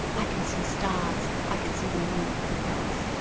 i can see stars, i can see the moon! he cries.